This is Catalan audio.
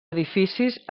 edificis